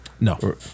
no